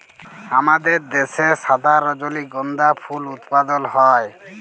আমাদের দ্যাশে সাদা রজলিগন্ধা ফুল উৎপাদল হ্যয়